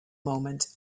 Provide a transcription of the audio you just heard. moment